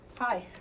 Hi